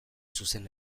zuzen